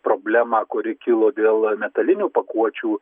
problemą kuri kilo dėl metalinių pakuočių